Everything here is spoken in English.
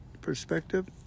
perspective